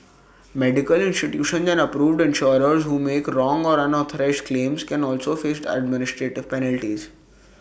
medical institutions and approved insurers who make wrong or unauthorised claims can also face administrative penalties